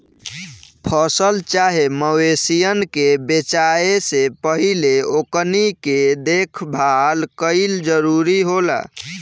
फसल चाहे मवेशियन के बेचाये से पहिले ओकनी के देखभाल कईल जरूरी होला